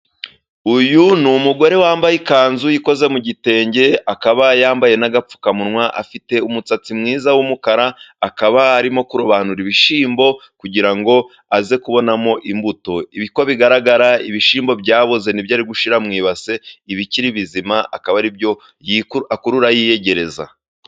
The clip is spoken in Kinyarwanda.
Uyu ni umugore wambaye ikanzu ikoze mu gitenge, akaba yambaye n'agapfukamunwa, afite umusatsi mwiza w'umukara, akaba arimo kurobanura ibishyimbo kugira ngo aze kubonamo imbuto. Uko bigaragara ibishyimbo byaboze nibyo ari gushyira mu ibase, ibikiri bizima akaba aribyo akurura yiyegereza.